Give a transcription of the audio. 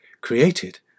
created